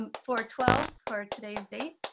um four twelve, for today's date,